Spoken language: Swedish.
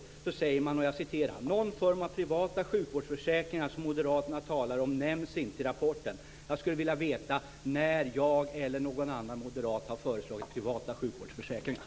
Det står så här: Någon form av privata sjukvårdsförsäkringar som moderaterna talar om nämns inte i rapporten. Jag skulle vilja veta när jag eller någon annan moderat har föreslagit privata sjukvårdsförsäkringar.